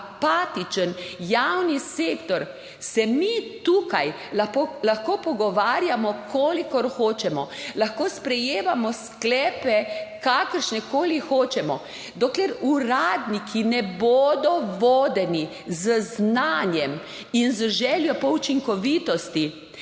apatičen javni sektor, se mi tukaj lahko pogovarjamo, kolikor hočemo, lahko sprejemamo sklepe kakršnekoli hočemo, dokler uradniki ne bodo vodeni z znanjem in z željo po učinkovitosti,